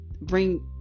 bring